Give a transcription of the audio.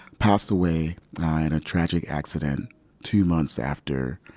passed away in a tragic accident two months after,